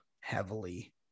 heavily